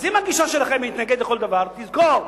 אז אם הגישה שלכם היא להתנגד לכל דבר, תזכור,